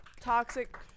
toxic